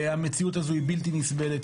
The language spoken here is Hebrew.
המציאות הזאת היא בלתי נסבלת,